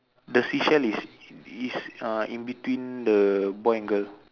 the seashell is is uh in between the boy and girl